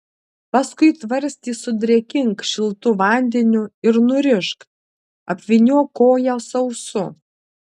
paskui tvarstį sudrėkink šiltu vandeniu ir nurišk apvyniok koją sausu